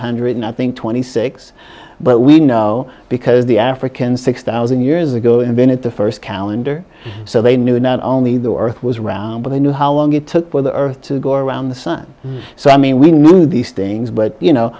hundred and i think twenty six but we know because the african six thousand years ago and then at the first calendar so they knew not only the earth was round but they knew how long it took for the earth to go around the sun so i mean we knew these things but you know